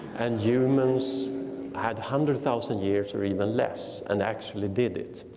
and humans had hundred thousand years or even less and actually did it.